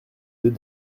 deux